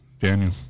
Daniel